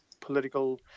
political